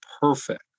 perfect